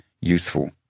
useful